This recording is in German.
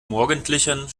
morgendlichen